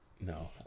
No